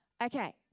Okay